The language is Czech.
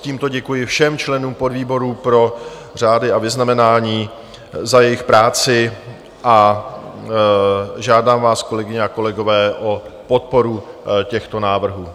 Tímto děkuji všem členům podvýborů pro řády a vyznamenání za jejich práci a žádám vás, kolegyně a kolegové, o podporu těchto návrhů.